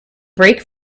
brake